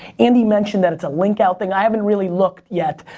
andy mentioned that it's a link out thing. i haven't really looked yet.